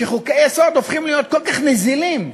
שחוקי-יסוד הופכים להיות כל כך נזילים,